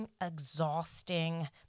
exhausting